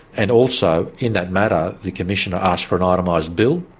and also in that matter the commissioner asked for an itemised bill.